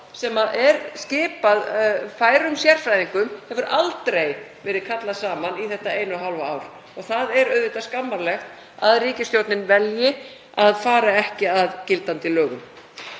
sem er skipað færum sérfræðingum, hefur aldrei verið kallað saman í þetta eina og hálfa ár. Það er auðvitað skammarlegt að ríkisstjórnin velji að fara ekki að gildandi lögum.